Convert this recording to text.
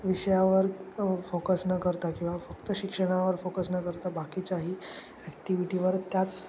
विषयावर फोकस न करता किंवा फक्त शिक्षणावर फोकस न करता बाकीच्याही ॲक्टिव्हिटीवर त्याच